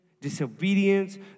disobedience